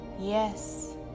yes